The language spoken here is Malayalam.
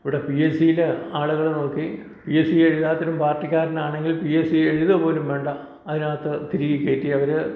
ഇവിടെ പി എസ് സിയുടെ ആളുകളെ നോക്കി പി എസ് സി എഴുതാത്തൊരു പാർട്ടിക്കാരൻ ആണെങ്കിൽ പി എസ് സി എഴുതുക പോലും വേണ്ട അതിനകത്ത് തിരുകി കയറ്റി അവർ